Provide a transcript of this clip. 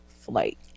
flight